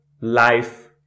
life